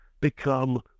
become